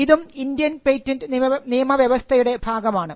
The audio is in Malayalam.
ഇതും ഇന്ത്യയുടെ പേറ്റന്റ് നിയമവ്യവസ്ഥയുടെ ഭാഗമാണ്